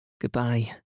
Goodbye